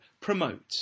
promote